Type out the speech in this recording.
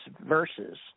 verses